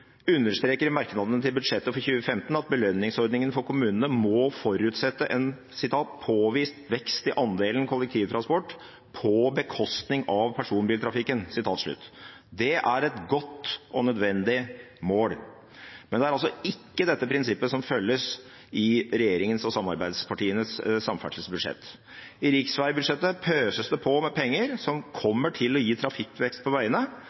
understreker i merknadene til budsjettet for 2015 at belønningsordningen for kommunene må forutsette en påvist vekst i andelen kollektivtransport, på bekostning av personbiltrafikken. Det er et godt og nødvendig mål. Men det er ikke dette prinsippet som følges i regjeringens og samarbeidspartienes samferdselsbudsjett. I riksveibudsjettet pøses det på med penger, som kommer til å gi trafikkvekst på veiene,